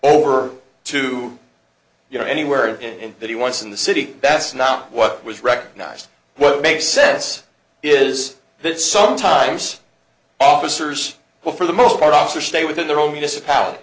over to you know anywhere in that he wants in the city that's not what was recognized what makes sense is that sometimes officers who for the most part officer stay within their own